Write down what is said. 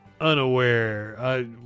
unaware